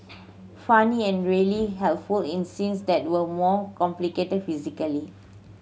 funny and really helpful in scenes that were more complicated physically